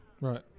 Right